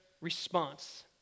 response